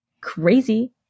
Crazy